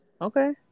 okay